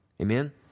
Amen